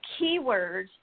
keywords